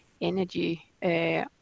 energy